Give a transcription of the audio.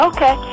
Okay